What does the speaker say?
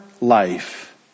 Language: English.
life